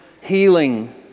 healing